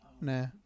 Nah